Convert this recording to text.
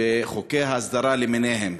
בחוקי הסדרה למיניהם,